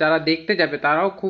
যারা দেখতে যাবে তারাও খুব